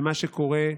ומה שקורה,